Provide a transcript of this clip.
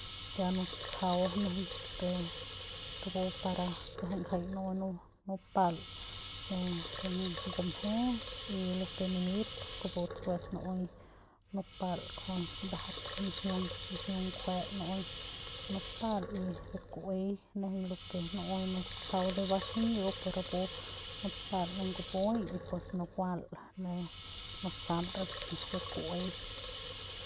Ya nutsjau nejeiñ re rapu para kiajai ngjai nu'uei nupal ne re ngumje y lo ke limip pus kupu tsukue nu'ui nupal kujui ndajap mjiung mjiung ngjue nu'ui nupal y ku'uei nejeiñ lo ke nu'ui nutsjau de ba xi'iu pu rapu nupal ne ngup'ui y pus nukual ne nusal re re ku'uei.